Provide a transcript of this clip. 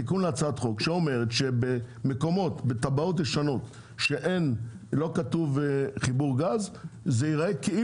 ולכן בא ההליך הזה ומאפשר בדיוק את אותם חיבורים --- לא,